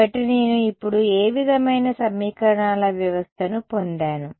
కాబట్టి నేను ఇప్పుడు ఏ విధమైన సమీకరణాల వ్యవస్థను పొందాను